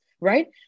right